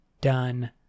done